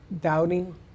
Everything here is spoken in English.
doubting